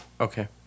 okay